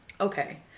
okay